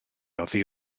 oddi